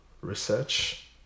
research